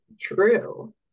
true